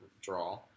draw